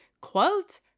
quote